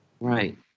Right